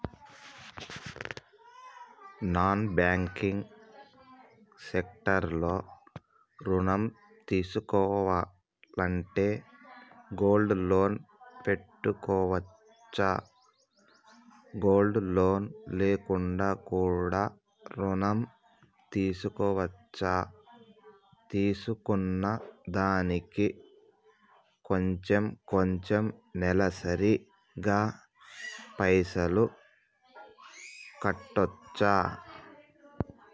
Non banking sector లో ఋణం తీసుకోవాలంటే గోల్డ్ లోన్ పెట్టుకోవచ్చా? గోల్డ్ లోన్ లేకుండా కూడా ఋణం తీసుకోవచ్చా? తీసుకున్న దానికి కొంచెం కొంచెం నెలసరి గా పైసలు కట్టొచ్చా?